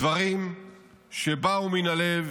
דברים שבאו מן הלב